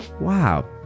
Wow